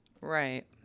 Right